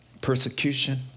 Persecution